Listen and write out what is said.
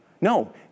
no